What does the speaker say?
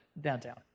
downtown